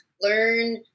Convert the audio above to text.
learn